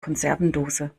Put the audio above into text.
konservendose